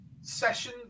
session